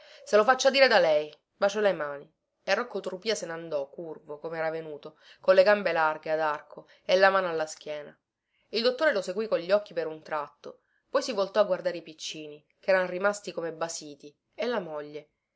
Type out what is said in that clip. se lo faccia dire da lei bacio le mani e rocco trupìa se nandò curvo comera venuto con le gambe larghe ad arco e la mano alla schiena il dottore lo seguì con gli occhi per un tratto poi si voltò a guardare i piccini cheran rimasti come basiti e la moglie